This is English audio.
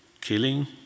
killing